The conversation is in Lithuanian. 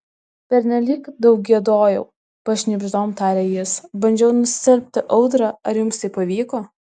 pernelyg daug giedojau pašnibždom taria jis bandžiau nustelbti audrą ar jums tai pavyko